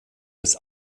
des